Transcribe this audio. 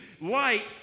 Light